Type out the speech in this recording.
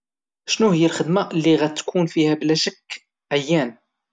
شنوهيا الخدمة اللي غاتكون فيها بلا شك عيان؟